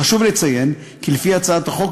חשוב לציין כי לפי הצעת החוק,